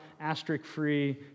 asterisk-free